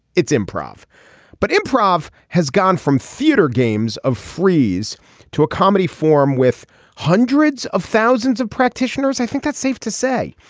it's improv but improv has gone from theater games of freeze to a comedy form with hundreds of thousands of practitioners. i think that's safe to say.